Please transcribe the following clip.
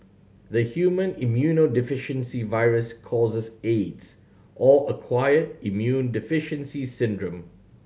the human immunodeficiency virus causes aids or acquired immune deficiency syndrome